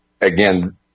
again